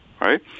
right